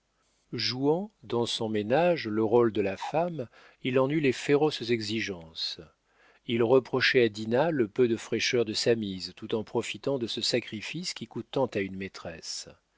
jouant dans son ménage le rôle de la femme il en eut les féroces exigences il reprochait à dinah le peu de fraîcheur de sa mise tout en profitant de ce sacrifice qui coûte tant à une maîtresse